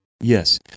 yes